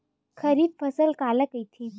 खरीफ फसल काला कहिथे?